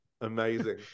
Amazing